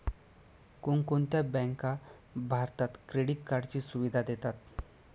कोणकोणत्या बँका भारतात क्रेडिट कार्डची सुविधा देतात?